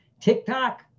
TikTok